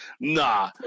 Nah